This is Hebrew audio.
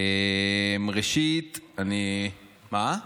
ראשית, מה?